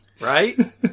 right